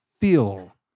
feel